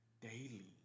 daily